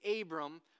Abram